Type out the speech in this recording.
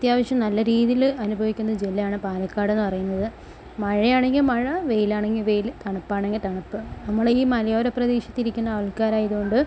അത്യാവശ്യം നല്ല രീതിയില് അനുഭവിക്കുന്ന ജില്ലയാണ് പാലക്കാട് എന്ന് പറയുന്നത് മഴയാണെങ്കിൽ മഴ വെയിലാണെങ്കിൽ വെയിൽ തണുപ്പാണെങ്കിൽ തണുപ്പ് നമ്മളീ മലയോര പ്രദേശത്തിരിക്കുന്ന ആൾക്കാരായതുകൊണ്ട്